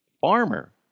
farmer